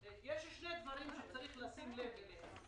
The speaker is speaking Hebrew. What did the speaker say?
יש שני דברים שצריך לשים לב אליהם,